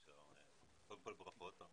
קודם כל, ברכות.